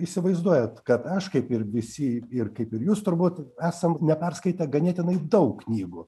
įsivaizduojat kad aš kaip ir visi ir kaip ir jūs turbūt esam neperskaitę ganėtinai daug knygų